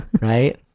Right